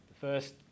first